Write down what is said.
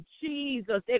Jesus